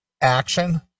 action